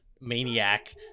maniac